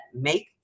make